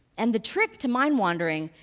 and the trick to mind wandering,